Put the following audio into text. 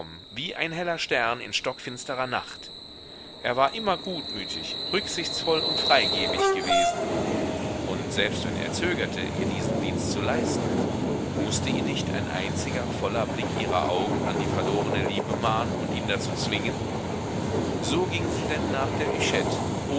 wie ein heller stern in stockfinsterer nacht er war immer gutmütig rücksichtsvoll und freigebig gewesen und selbst wenn er zögerte ihr diesen dienst zu leisten mußte ihn nicht ein einziger voller blick ihrer augen an die verlorene liebe mahnen und ihn dazu zwingen so ging sie denn nach der